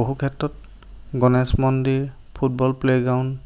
বহুক্ষেত্ৰত গণেশ মন্দিৰ football playground